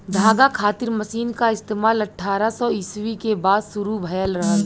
धागा खातिर मशीन क इस्तेमाल अट्ठारह सौ ईस्वी के बाद शुरू भयल रहल